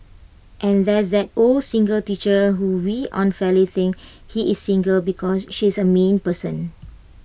and there's that old single teacher who we unfairly think he is A single because she is A mean person